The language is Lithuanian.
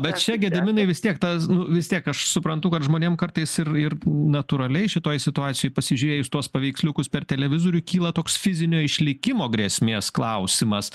bet čia gediminai vis tiek tas nu vis tiek aš suprantu kad žmonėm kartais ir ir natūraliai šitoj situacijoj pasižiūrėjus tuos paveiksliukus per televizorių kyla toks fizinio išlikimo grėsmės klausimas